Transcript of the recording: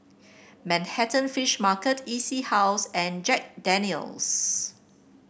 Manhattan Fish Market E C House and Jack Daniel's